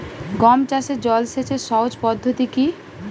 গম চাষে জল সেচের সহজ পদ্ধতি কি?